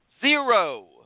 Zero